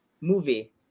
Movie